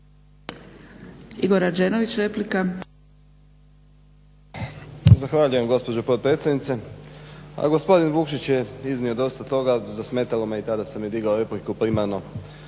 Igor Rađenović replika.